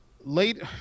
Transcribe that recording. late